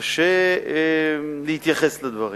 קשה להתייחס לדברים.